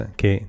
che